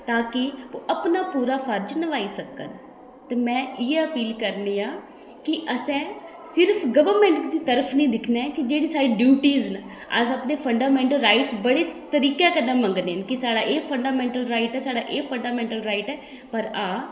तां कि ओह् अपना पूरा फर्ज नभाई सकन ते में इ'यै अपील करनी आं कि असें सिर्फ गौरमेंट दी तरफ निं दिक्खना ऐ कि जेह्ड़ी साढ़ी ड्यूटीज न अस अपने फंडामैंटल राईट्स बड़े तरीकै कन्नै मंग्गने न कि साढ़ा एह् फंडामैंटल राईट ऐ साढ़ा एह् फंडामैंटल राईट ऐ पर हां